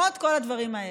לפחות כל הדברים האלה.